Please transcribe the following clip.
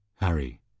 Harry